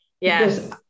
Yes